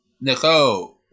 Nicole